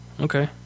Okay